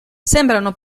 sembrano